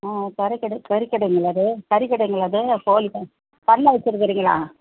ஆ கறிக்கடை கறிக்கடைங்களா இது கறிக்கடைங்களா இது கோழிப் பண் பண்ணை வச்சுருக்கிறீங்களா